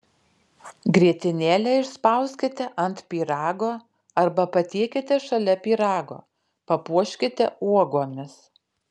grietinėlę išspauskite ant pyrago arba patiekite šalia pyrago papuoškite uogomis